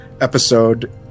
episode